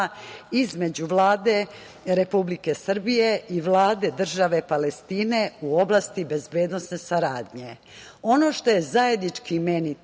između Vlade Republike Srbije i Vlade države Palestine u oblasti bezbednosne saradnje. Ono